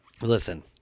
Listen